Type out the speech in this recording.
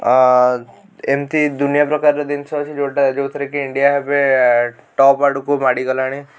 ଅ ଏମତି ଦୁନିଆ ପ୍ରକାର ଜିନିଷ ଅଛି ଯେଉଁଟା ଯେଉଁଥିରେ କି ଇଣ୍ଡିଆ ଏବେ ଟପ୍ ଆଡ଼କୁ ମାଡ଼ିଗଲାଣି